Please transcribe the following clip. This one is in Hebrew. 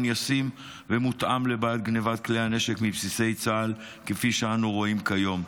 ישים ומותאם לבעיית גנבת כלי הנשק מבסיסי צה"ל כפי שאנו רואים כיום.